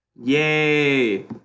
Yay